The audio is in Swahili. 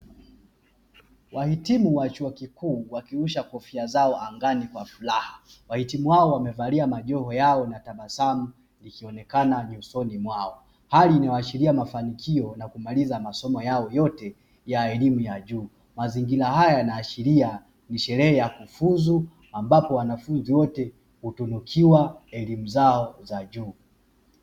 Wahitimu wa chuo kikuu wakirusha kofia zao angani kwa furaha, wahitimu hao wamevalia majoho yao na tabasamu likionekana ni usoni mwao hali inaashiria mafanikio na kumaliza masomo yao yote ya elimu ya juu, mazingira haya yanaashiria ni sherehe ya kufuzu ambapo wanafunzi wote utunukiwa elimu zao za juu.